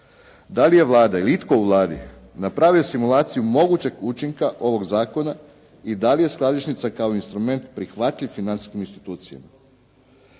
Da li je Vlada ili itko u Vladi napravio simulaciju mogućeg učinka ovoga zakona i da li je skladišnica kao instrument prihvatljiv financijskim institucijama.